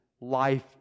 life